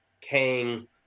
Kang